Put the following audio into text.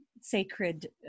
sacred